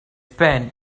spent